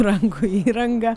rankų įranga